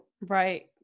Right